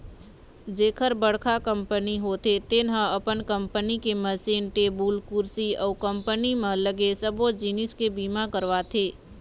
जेखर बड़का कंपनी होथे तेन ह अपन कंपनी के मसीन, टेबुल कुरसी अउ कंपनी म लगे सबो जिनिस के बीमा करवाथे